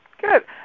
Good